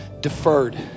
deferred